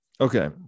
Okay